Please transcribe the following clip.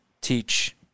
teach